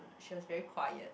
she was very quiet